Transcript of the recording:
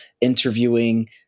interviewing